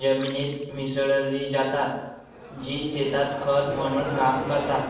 जमिनीत मिसळली जातात, जी शेतात खत म्हणून काम करतात